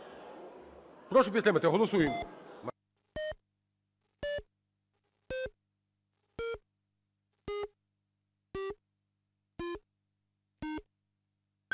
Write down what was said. Прошу підтримати, голосуємо.